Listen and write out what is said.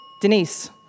Denise